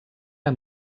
amb